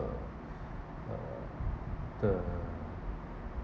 uh uh the